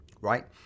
right